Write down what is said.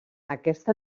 aquesta